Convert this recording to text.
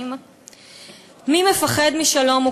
"מי מפחד משלום?",